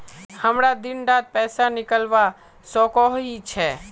हमरा दिन डात पैसा निकलवा सकोही छै?